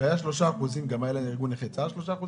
עדכון של 3%, גם לקצבת נכי צה"ל היה עדכון של 3%?